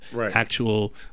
actual